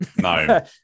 No